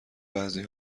بعضی